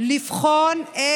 כדי